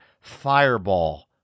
Fireball